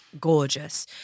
gorgeous